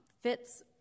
fits